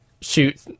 shoot